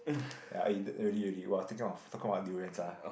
ya really really [wah] taking off talking about durians ah